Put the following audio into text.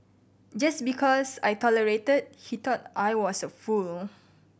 just because I tolerated he thought I was a fool